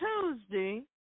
Tuesday